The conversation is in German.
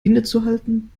innezuhalten